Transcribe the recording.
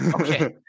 Okay